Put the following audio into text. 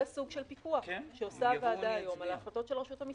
זה סוג של פיקוח שעושה הוועדה היום על ההחלטות של רשות המיסים.